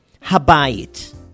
Habayit